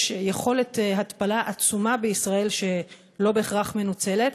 יש יכולת עצומה בישראל שלא בהכרח מנוצלת,